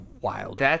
wild